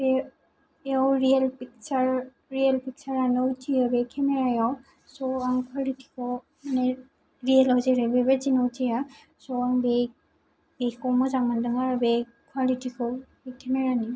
बे real picture real picture आनो क्लियारियै केमेरायाव ज' आं क्वालिटिखौ नै रियेल आव जेरै बेबायदि नुथाइया स' आं बे बेखौ मोजां मोन्दों आरो क्वालिटिखौ बेखायनो आं